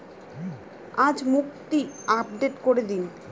আজ মুক্তি আপডেট করে দিন